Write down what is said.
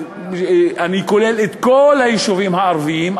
אני כולל את כל היישובים הערביים,